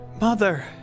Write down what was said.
Mother